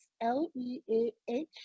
L-E-A-H